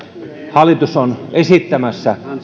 hallitus on esittämässä